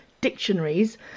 dictionaries